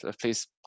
please